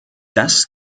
das